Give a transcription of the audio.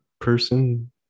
person